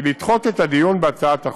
היא לדחות את הדיון בהצעת החוק.